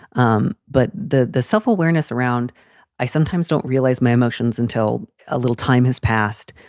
um but the the self-awareness around i sometimes don't realize my emotions until a little time has passed.